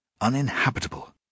uninhabitable